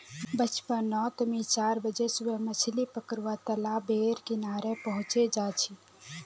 बचपन नोत मि चार बजे सुबह मछली पकरुवा तालाब बेर किनारे पहुचे जा छी